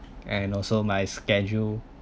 and also my schedule